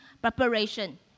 preparation